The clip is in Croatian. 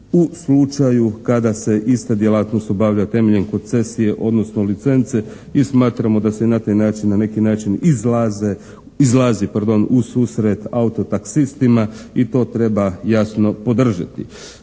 u slučaju kada se ista djelatnost obavlja temeljem koncesije, odnosno licence i smatramo da se na taj način, na neki način izlazi u susret auto-taksistima i to treba jasno podržati.